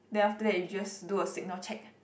then after that you just do a signal check